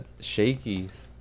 Shakey's